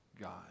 God